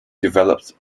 developed